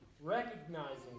recognizing